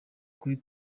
kuri